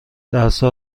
درسا